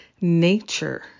nature